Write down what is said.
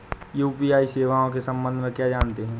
UPI सेवाओं के संबंध में क्या जानते हैं?